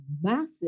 massive